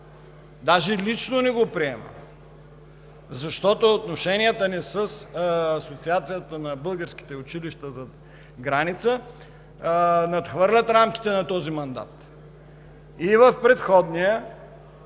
Дори лично не я приемам, защото отношенията ни с Асоциацията на българските училища зад граница надхвърлят рамките на този мандат. И в предходния,